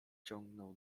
ciągnął